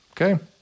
Okay